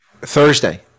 Thursday